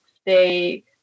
stay